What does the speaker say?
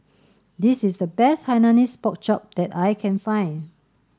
this is the best Hainanese pork chop that I can find